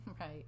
Right